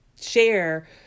share